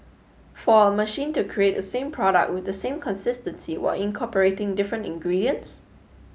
for a machine to create the same product with the same consistency while incorporating different ingredients